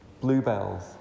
bluebells